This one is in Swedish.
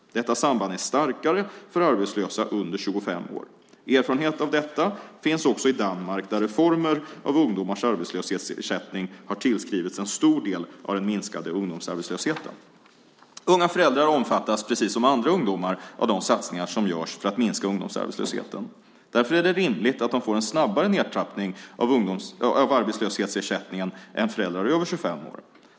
Detta samband är starkare för arbetslösa under 25 år. Erfarenhet av detta finns också i Danmark där reformer gällande ungdomars arbetslöshetsersättning har tillskrivits en stor del av den minskade ungdomsarbetslösheten. Unga föräldrar omfattas precis som andra ungdomar av de satsningar som görs för att minska ungdomsarbetslösheten. Därför är det rimligt att de får en snabbare nedtrappning av arbetslöshetsersättningen än föräldrar över 25 år.